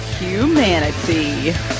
Humanity